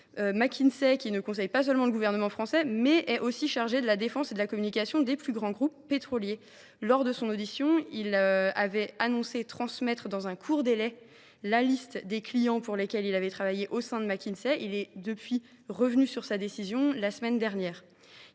un cabinet qui ne conseille pas seulement le gouvernement français, il est aussi chargé de la défense et de la communication des plus grands groupes pétroliers… Lors de son audition devant le Parlement européen, Wopke Hoekstra avait annoncé transmettre dans un court délai la liste des clients pour lesquels il a travaillé au sein de McKinsey. Il est revenu sur cette décision la semaine dernière.